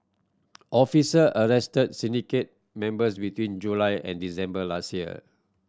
officer arrested syndicate members between July and December last year